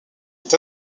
est